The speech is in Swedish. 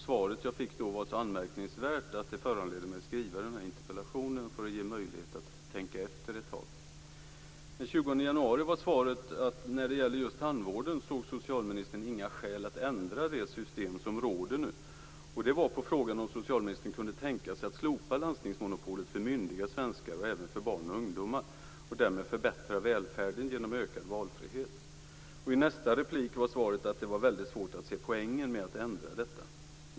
Svaret jag då fick var så anmärkningsvärt att det föranledde mig att skriva den här interpellationen för att ge möjlighet att tänka efter ett tag. Den 20 januari var svaret att när det gäller just tandvården såg socialministern inga skäl att ändra det system som nu råder; detta alltså efter frågan om socialministern kunde tänka sig att slopa landstingsmonopolet för myndiga svenskar och även för barn och ungdomar och därmed förbättra välfärden genom ökad valfrihet. I nästa replik var svaret att det var väldigt svårt att se poängen med att ändra detta.